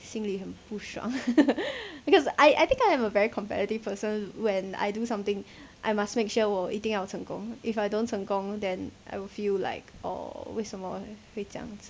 心里很不爽 because I I think that I am a very competitive person when I do something I must make sure 我一定要成功 if I don't 成功 than I will feel like oh 为什么会这样子